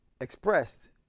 expressed